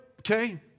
okay